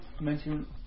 mention